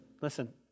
listen